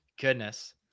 Goodness